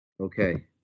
Okay